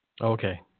Okay